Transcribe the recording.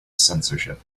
censorship